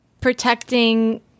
protecting